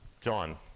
John